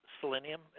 Selenium